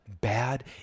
bad